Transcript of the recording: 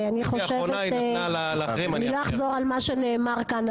אני לא אחזור על מה שנאמר כאן,